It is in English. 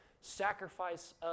sacrifice